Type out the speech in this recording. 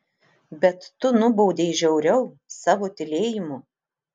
bet tu nubaudei žiauriau savo tylėjimu